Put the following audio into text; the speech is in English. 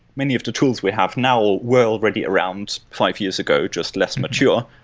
many of the tools we have now were already around five years ago, just less mature.